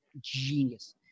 genius